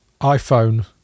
iPhone